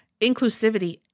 inclusivity